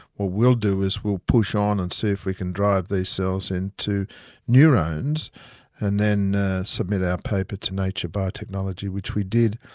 we'll we'll do is we'll push on and see if we can drive these cells into neurons and then submit our paper to nature biotechnology, which we did,